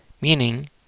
Meaning